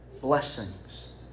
blessings